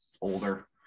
older